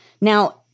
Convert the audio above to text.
Now